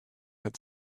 had